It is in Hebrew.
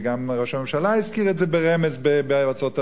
וגם ראש הממשלה הזכיר את זה ברמז בארצות-הברית,